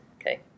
Okay